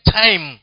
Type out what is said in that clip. time